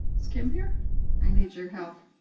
it's kim here i need your help